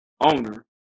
owner